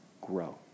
grow